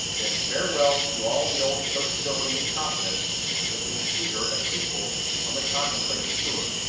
then farewell to all the old sociability and confidence between tutor and pupil on the contemplated tour.